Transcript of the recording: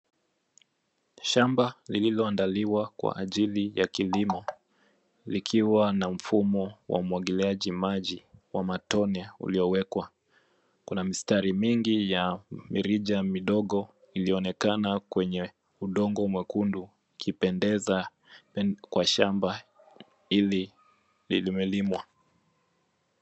Shamba lililoandaliwa kwa ajili ya kilimo likiwa na mfumo wa umwagiliaji maji wa matone uliowekwa. Kuna mistari mingi ya mirija midogo ilionekana kwenye udongo mwekundu ukipendeza kwa shamba hili limelimwa.